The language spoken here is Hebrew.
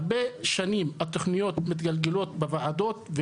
הרבה שנים תוכניות מתגלגלות בוועדות,